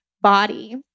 body